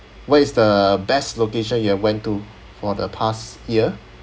where is the best location you have went to for the past year